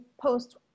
post